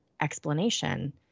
explanation